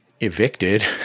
evicted